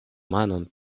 manon